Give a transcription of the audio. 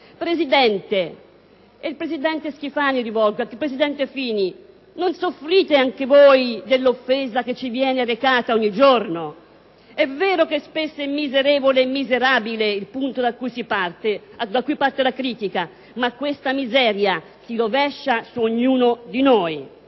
dunque, ai presidenti Schifani e Fini: non soffrite anche voi dell'offesa che ci viene recata ogni giorno? È vero che spesso è miserevole e miserabile il punto da cui parte la critica, ma questa miseria si rovescia su ognuno di noi.